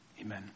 Amen